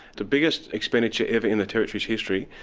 the biggest expenditure ever in the territory's history,